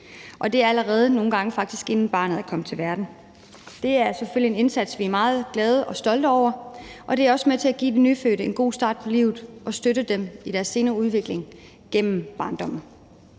Det er allerede nogle gange faktisk, inden barnet er kommet til verden. Det er selvfølgelig en indsats, vi er meget glade for og stolte af, og det er også med til at give den nyfødte en god start på livet og støtte børnene i deres senere udvikling gennem barndommen.